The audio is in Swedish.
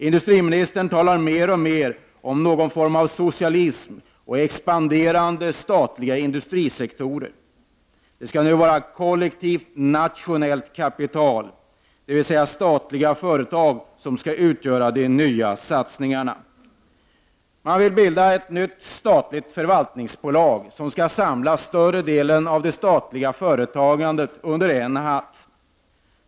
Industriministern talar mer och mer om någon form av socialism och expanderande statliga industrisektorer. Det skall nu vara kollektivt nationellt kapital — dvs. det är statliga företag som skall utgöra de nya satsningarna. Men vill bilda ett nytt statligt förvaltningsbolag som skall samla större delen av det statliga företagandet under en hatt.